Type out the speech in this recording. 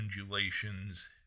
undulations